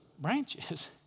branches